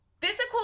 Physical